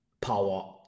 power